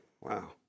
Wow